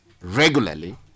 regularly